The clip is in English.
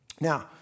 Now